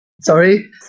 Sorry